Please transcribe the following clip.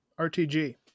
RTG